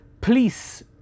police